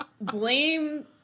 blame